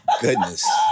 Goodness